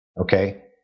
okay